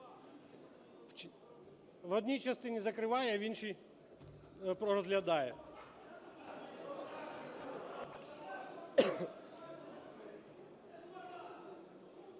В одній частині закриває, в іншій розглядає.